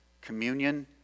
Communion